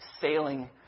sailing